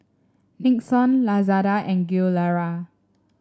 Nixon Lazada and Gilera